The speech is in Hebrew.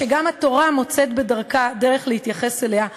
שגם התורה מוצאת דרך להתייחס אליה,